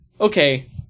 okay